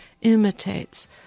imitates